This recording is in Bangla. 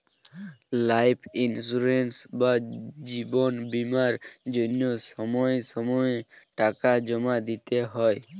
লাইফ ইন্সিওরেন্স বা জীবন বীমার জন্য সময় সময়ে টাকা জমা দিতে হয়